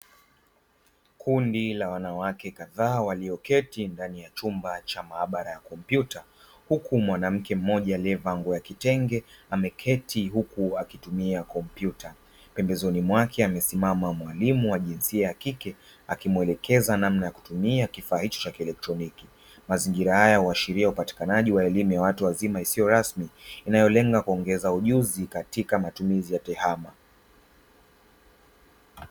Kundi la wanawake kadhaa walioketi ndani ya chumba cha maabara ya kompyuta, huku mwanamke mmoja aliyevaa nguo ya kitenge ameketi huku akitumia kompyuta pembezoni mwake amesimama mwalimu wa jinsia ya kike, akimwelekeza namna ya kutumia kifaa hicho cha kielektroniki mazingira haya uashiria upatikanaji wa elimu ya watu wazima isiyo rasmi, inayolenga kuongeza ujuzi katika matumizi ya tehama.